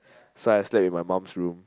so I slept in my mom's room